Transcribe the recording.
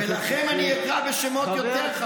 אז אני אגיד את שלי.